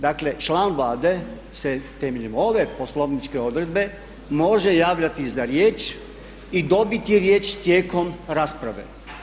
Dakle, član Vlade se temeljem ove poslovničke odredbe može javljati za riječ i dobiti riječ tijekom rasprave.